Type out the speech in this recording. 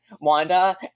Wanda